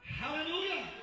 Hallelujah